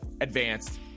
advanced